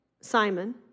Simon